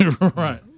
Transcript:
Right